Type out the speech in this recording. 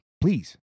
Please